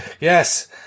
Yes